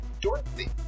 Dorothy